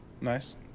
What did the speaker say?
Nice